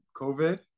COVID